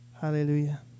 Hallelujah